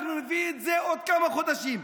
אנחנו נביא את זה עוד כמה חודשים,